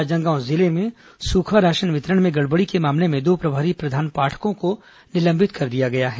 राजनांदगांव जिले में सूखा राशन वितरण में गड़बड़ी के मामले में दो प्रभारी प्रधान पाठकों को निलंबित कर दिया गया है